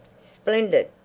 splendid!